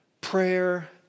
prayer